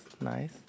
nice